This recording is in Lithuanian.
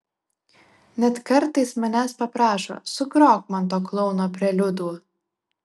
net kartais manęs paprašo sugrok man to klouno preliudų